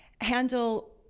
Handle